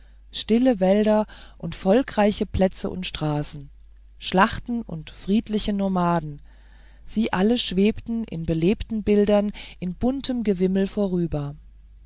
stille wälder und volkreiche plätze und straßen schlachten und friedliche nomaden sie alle schwebten in belebten bildern in buntem gewimmel vorüber